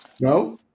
No